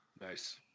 Nice